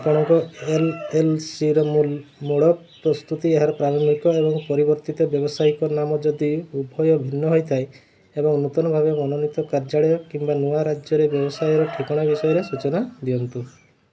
ଆପଣଙ୍କ ଏଲ୍ଏଲ୍ସିର ମୂଳ ପ୍ରସ୍ତୁତି ଏହାର ପ୍ରାରମ୍ଭିକ ଏବଂ ପରିବର୍ତ୍ତିତ ବ୍ୟାବସାୟିକ ନାମ ଯଦି ଉଭୟ ଭିନ୍ନ ହେଇଥାଏ ଏବଂ ନୂତନ ଭାବେ ମନୋନୀତ କାର୍ଯ୍ୟାଳୟ କିମ୍ବା ନୂଆ ରାଜ୍ୟରେ ବ୍ୟବସାୟର ଠିକଣା ବିଷୟରେ ସୂଚନା ଦିଅନ୍ତୁ